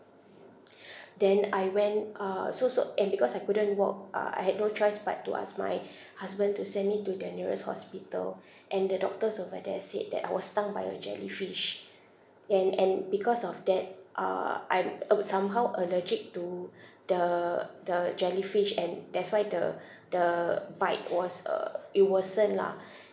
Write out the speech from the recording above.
then I went uh so so and because I couldn't walk uh I had no choice but to ask my husband to send me to the nearest hospital and the doctors over there said that I was stung by a jellyfish and and because of that uh I'm uh somehow allergic to the the jellyfish and that's why the the bite was uh it worsen lah